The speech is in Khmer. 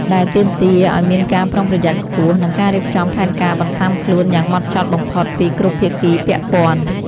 ដែលទាមទារឱ្យមានការប្រុងប្រយ័ត្នខ្ពស់ និងការរៀបចំផែនការបន្ស៊ាំខ្លួនយ៉ាងហ្មត់ចត់បំផុតពីគ្រប់ភាគីពាក់ព័ន្ធ។